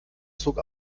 zog